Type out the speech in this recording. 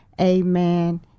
amen